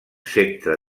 centre